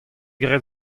graet